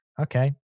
Okay